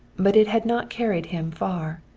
but it had not carried him far.